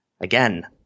Again